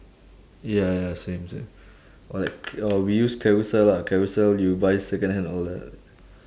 ya ya same same or like or we use carousell lah carousell you buy second hand all that ah